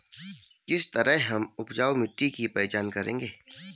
किस तरह हम उपजाऊ मिट्टी की पहचान करेंगे?